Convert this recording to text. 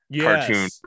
cartoon